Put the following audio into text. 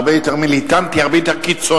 הרבה יותר מיליטנטי, הרבה יותר קיצוני,